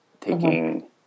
taking